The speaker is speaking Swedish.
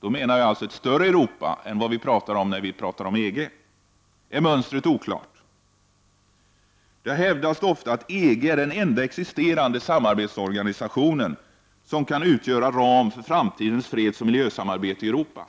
och då menar jag alltså ett större Europa än länderna i EG, är mönstret oklart. Det har ofta hävdats att EG är den enda existerande samarbetsorganisation som kan utgöra ram för framtidens fredsoch miljösamarbete i Europa.